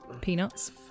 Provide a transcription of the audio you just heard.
peanuts